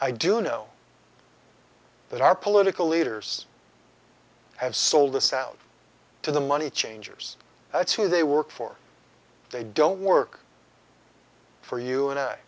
i do know that our political leaders have sold us out to the money changers that's who they work for they don't work for you and